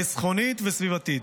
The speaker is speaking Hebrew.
חסכונית וסביבתית.